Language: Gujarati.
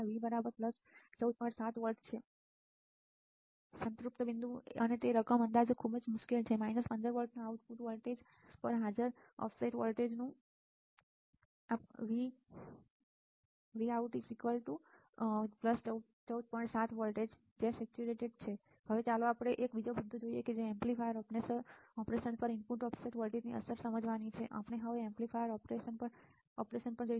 7 V સંતૃપ્ત આ એટલા માટે છે કારણ કે આ ઓપ એમ્પમાં ઓફસેટ આઉટપુટને a તરફ લઈ જાય છે સંપૂર્ણપણે સંતૃપ્ત બિંદુ અને તે રકમ અંદાજ ખૂબ જ મુશ્કેલ છે 15 v આઉટપુટ પર હાજર ઓફસેટ વોલ્ટેજનું હવે ચાલો આપણે એક બીજો મુદ્દો જોઈએ જે એમ્પ્લીફાયર ઓપરેશન પર ઇનપુટ ઓફસેટ વોલ્ટેજની અસર સમજવાની છે આપણે હવે એમ્પ્લીફાયર ઓપરેશન પર ઇનપુટ ઓફસેટ વોલ્ટેજની અસર જોઈશું